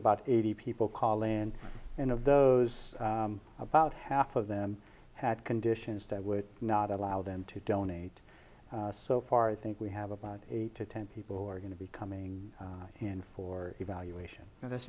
about eighty people call in and of those about half of them had conditions that would not allow them to donate so far i think we have about eight to ten people who are going to be coming in for evaluation th